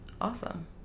awesome